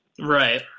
right